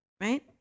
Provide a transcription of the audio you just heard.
Right